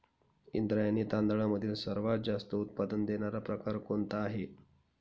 इंद्रायणी तांदळामधील सर्वात जास्त उत्पादन देणारा प्रकार कोणता आहे?